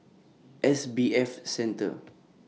S B F Center